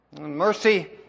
Mercy